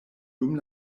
dum